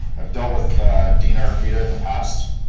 i've dealt with dean artefita in the past.